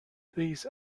these